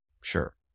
sure